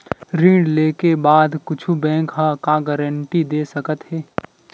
ऋण लेके बाद कुछु बैंक ह का गारेंटी दे सकत हे?